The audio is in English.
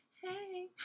hey